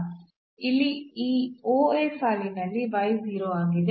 ಇಲ್ಲಿ ಈ OA ಸಾಲಿನಲ್ಲಿ 0 ಆಗಿದೆ